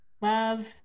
love